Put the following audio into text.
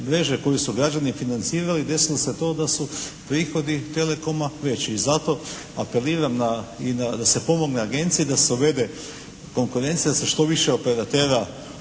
koju su građani financirali desilo se to da su prihodi telekoma veći i zato apeliram i da se pomogne agenciji, da se uvede konkurencija, da se što više operatera